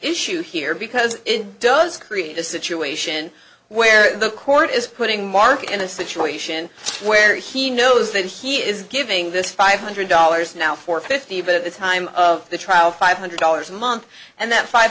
issue here because it does create a situation where the court is putting mark in a situation where he knows that he is giving this five hundred dollars now for fifty but at the time of the trial five hundred dollars a month and that five